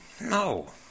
No